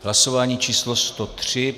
Hlasování číslo 103.